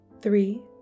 three